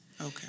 Okay